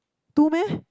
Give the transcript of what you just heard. two meh